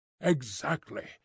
Exactly